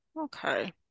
Okay